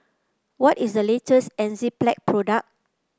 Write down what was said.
what is the latest Enzyplex product